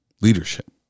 leadership